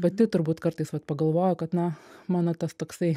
pati turbūt kartais vat pagalvoju kad na mano tas toksai